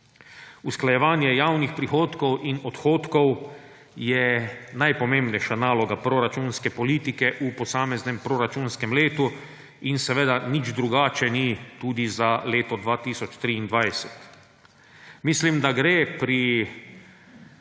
Usklajevanje javnih prihodkov in odhodkov je najpomembnejša naloga proračunske politike v posameznem proračunskem letu in seveda nič drugače ni za leto 2023. Mislim, da gre pri